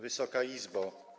Wysoka Izbo!